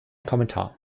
kommentar